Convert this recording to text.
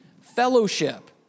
fellowship